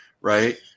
right